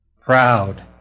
proud